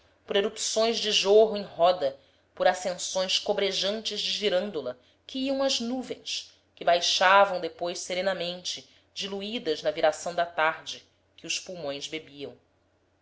por erupções de jorro em roda por ascensões cobrejantes de girândola que iam às nuvens que baixavam depois serenamente diluídas na viração da tarde que os pulmões bebiam